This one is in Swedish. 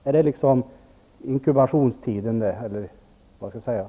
Är det riktigt uppfattat?